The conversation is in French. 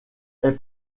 est